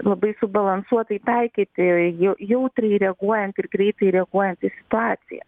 labai subalansuotai taikyti jautriai reaguojant ir greitai reaguojant į situaciją